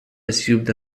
assumed